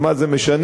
אז מה זה משנה?